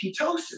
ketosis